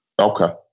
Okay